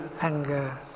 anger